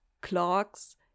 clocks